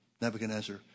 Nebuchadnezzar